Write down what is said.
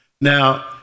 Now